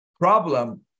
problem